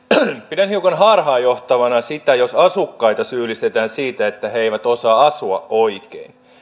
pidän hiukan harhaanjohtavana sitä jos asukkaita syyllistetään siitä että he eivät osaa asua oikein